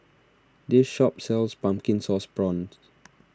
this shop sells Pumpkin Sauce Prawns